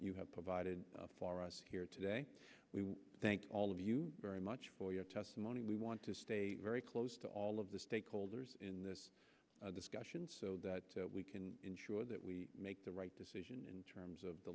you have provided for us here today we thank all of you very much for your testimony we want to stay very close to all of the stakeholders in this discussion that we can ensure that we make the right decision in terms of the